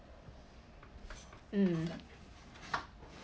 mm